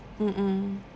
mm mm